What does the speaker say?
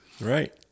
right